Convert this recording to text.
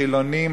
חילונים,